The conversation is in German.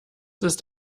ist